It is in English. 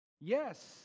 Yes